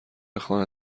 خانه